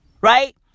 Right